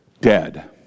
dead